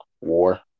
War